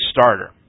starter